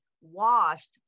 washed